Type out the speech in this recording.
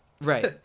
Right